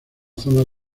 zonas